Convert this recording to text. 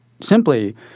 simply